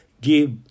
give